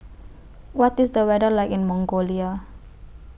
What IS The weather like in Mongolia